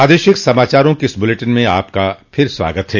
प्रादेशिक समाचारों के इस बुलेटिन में आपका फिर से स्वागत है